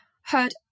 heard